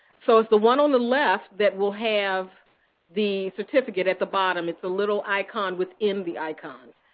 so it's the one on the left that will have the certificate at the bottom. it's the little icon within the icon.